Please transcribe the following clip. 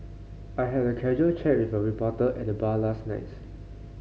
I had a casual chat with a reporter at the bar last nights